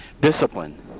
discipline